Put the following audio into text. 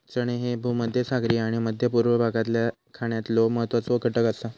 चणे ह्ये भूमध्यसागरीय आणि मध्य पूर्व भागातल्या खाण्यातलो महत्वाचो घटक आसा